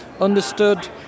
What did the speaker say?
understood